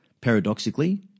Paradoxically